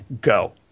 go